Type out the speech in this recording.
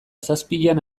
zazpian